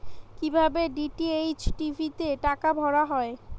কি ভাবে DTH TV তে টাকা ভরা হয়?